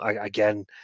again